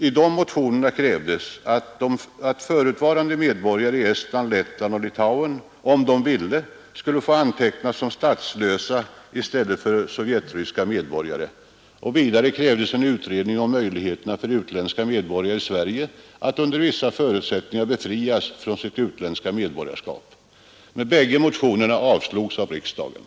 I dessa motioner krävdes att förutvarande medborgare i Estland, Lettland och Litauen — om de ville — skulle få antecknas som statslösa i stället för som sovjetryska medborgare. Vidare krävdes en utredning om möjligheterna för utländska medborgare i Sverige att under vissa förutsättningar befrias från sitt utländska medborgarskap. Bägge motionerna avslogs av riksdagen.